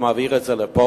הוא מעביר את זה לפרוש,